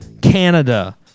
Canada